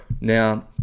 now